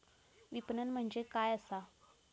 विपणन म्हणजे काय असा?